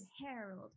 Harold